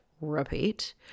repeat